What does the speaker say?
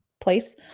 place